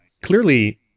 Clearly